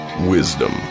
Wisdom